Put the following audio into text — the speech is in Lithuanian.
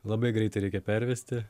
labai greitai reikia pervesti